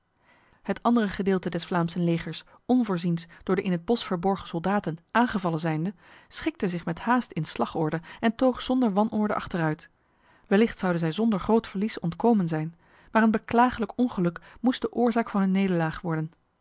het andere gedeelte des vlaamsen legers onvoorziens door de in het bos verborgen soldaten aangevallen zijnde schikte zich met haast in slagorde en toog zonder wanorde achteruit wellicht zouden zij zonder groot verlies ontkomen zijn maar een beklagelijk ongeluk moest de oorzaak van hun nederlaag worden